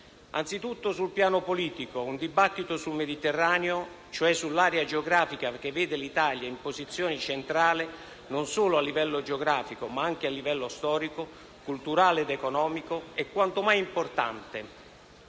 Anzitutto sul piano politico, un dibattito sul Mediterraneo, cioè sull'area geografica che vede l'Italia in posizione centrale, non solo a livello geografico, ma anche a livello storico, culturale ed economico, è quanto mai importante